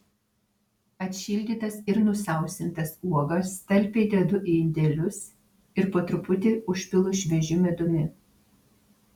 atšildytas ir nusausintas uogas talpiai dedu į indelius ir po truputį užpilu šviežiu medumi